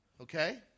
Okay